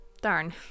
Darn